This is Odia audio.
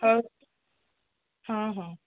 ହଉ ହଁ ହଁ